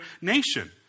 nation